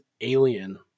alien